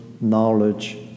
knowledge